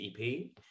EP